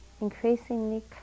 increasingly